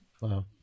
Wow